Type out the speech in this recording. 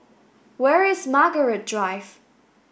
where is Margaret Drive